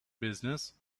business